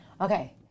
Okay